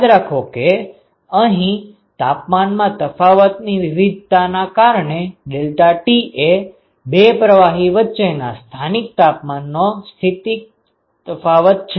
યાદ રાખો કે અહીં તાપમાનમાં તફાવતની વિવિધતાના કારણે ડેલ્ટા ટી એ બે પ્રવાહી વચ્ચેના સ્થાનિક તાપમાનનો સ્થાનિક તફાવત છે